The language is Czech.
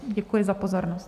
Děkuji za pozornost.